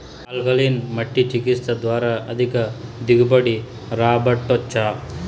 alkaline మట్టి చికిత్స ద్వారా అధిక దిగుబడి రాబట్టొచ్చా